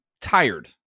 tired